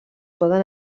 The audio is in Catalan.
poden